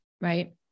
right